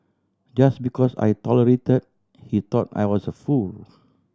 just because I tolerated he thought I was a fool